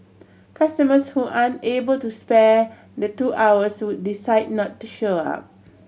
customers who aren't able to spare the two hours would decide not to show up